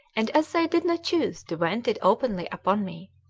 and as they did not choose to vent it openly upon me,